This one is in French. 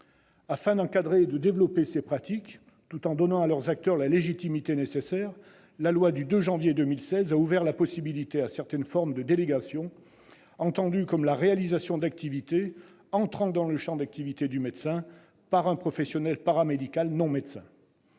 Afin d'encadrer et de développer ces pratiques, tout en donnant à leurs acteurs la légitimité nécessaire, la loi du 26 janvier 2016 a ouvert la possibilité à certaines formes de délégation, entendues comme la réalisation d'activités entrant dans le champ d'activité du médecin par un professionnel paramédical non-médecin.